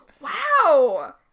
wow